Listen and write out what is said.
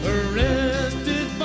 Arrested